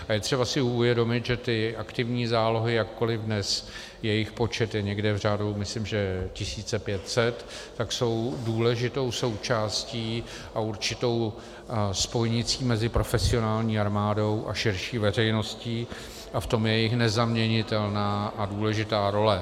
A je třeba si uvědomit, že aktivní zálohy, jakkoliv dnes jejich počet je někde v řádu myslím tisíce pět set, tak jsou důležitou součástí a určitou spojnicí mezi profesionální armádou a širší veřejností a v tom je jejich nezaměnitelná a důležitá role.